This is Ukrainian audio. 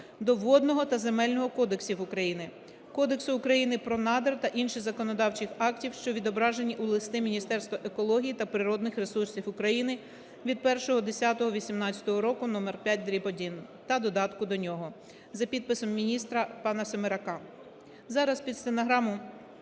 до Водного та Земельного кодексів України, Кодексу України про надра та інших законодавчих актів, що відображені у листі Міністерства екології та природних ресурсів України від 1.10.18 року (№ 5/1) та додатку до нього, за підписом міністра пана Семерака.